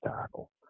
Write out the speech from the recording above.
tackle